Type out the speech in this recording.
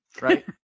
Right